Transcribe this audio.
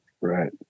Right